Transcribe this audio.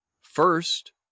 First